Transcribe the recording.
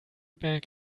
berg